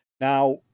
Now